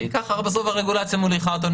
כי ככה בסוף הרגולציה מוליכה אותנו.